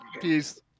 Peace